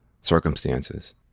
circumstances